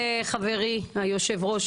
חברי היושב-ראש,